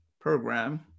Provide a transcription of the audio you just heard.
Program